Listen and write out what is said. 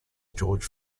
george